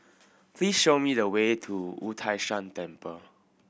please show me the way to Wu Tai Shan Temple